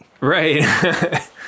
Right